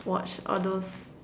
watch all those